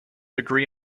agree